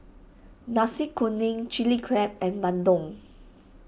Nasi Kuning Chili Crab and Bandung